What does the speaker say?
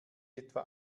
etwa